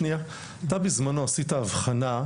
אתה בזמנו עשית אבחנה,